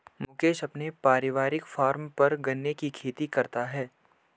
मुकेश अपने पारिवारिक फॉर्म पर गन्ने की खेती करता है